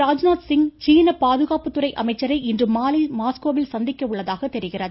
ராஜ்நாத் சிங் சீன பாதுகாப்பு துறை அமைச்சரை இன்று மாலை மாஸ்கோவில் சந்திக்க உள்ளதாக தெரிகிறது